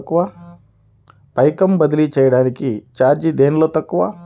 పైకం బదిలీ చెయ్యటానికి చార్జీ దేనిలో తక్కువ?